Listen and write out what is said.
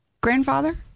grandfather